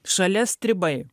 šalia stribai